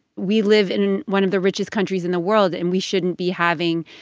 we live in one of the richest countries in the world, and we shouldn't be having,